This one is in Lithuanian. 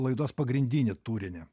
laidos pagrindinį turinį